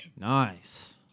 Nice